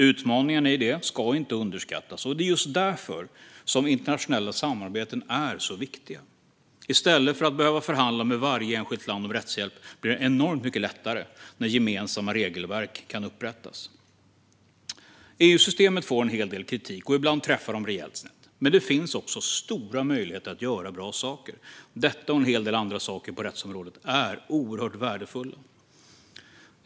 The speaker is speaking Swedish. Utmaningarna i det ska inte underskattas, och det är just därför som internationella samarbeten är så viktiga. I stället för att behöva förhandla med varje enskilt land om rättshjälp blir det enormt mycket lättare när gemensamma regelverk kan upprättas. EU-systemet får en hel del kritik, och ibland träffar det rejält snett. Men det finns också stora möjligheter att göra bra saker. Detta och en hel del andra saker på rättsområdet är oerhört värdefullt.